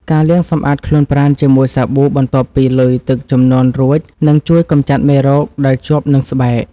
ការលាងសម្អាតខ្លួនប្រាណជាមួយសាប៊ូបន្ទាប់ពីលុយទឹកជំនន់រួចនឹងជួយកម្ចាត់មេរោគដែលជាប់នឹងស្បែក។